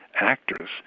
actors